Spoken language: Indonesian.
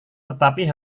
tetapi